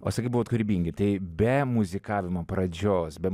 o sakei buvot kūrybingi tai be muzikavimo pradžios be